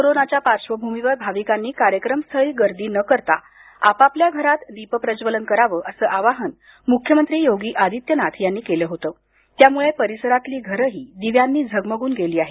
कोरोनाच्या पार्श्वभूमीवर भाविकांनी कार्यक्रमस्थळी गर्दी न करता आपापल्या घरात दीप प्रज्ज्वलन करावं असं आवाहन मुख्यमंत्री योगी आदित्यनाथ यांनी केलं होतं त्यामुळे परिसरातली घरंही दिव्यांनी झगमगून गेली आहेत